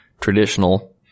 traditional